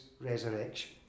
resurrection